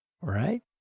Right